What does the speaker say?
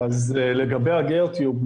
לגבי הגיאוטיוב,